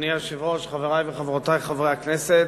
אדוני היושב-ראש, חברי וחברותי חברי הכנסת,